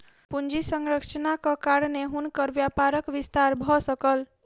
पूंजी संरचनाक कारणेँ हुनकर व्यापारक विस्तार भ सकल